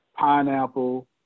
Pineapple